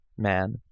man